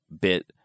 bit